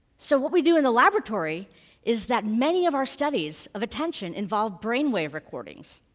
so what we do in the laboratory is that many of our studies of attention involve brainwave recordings.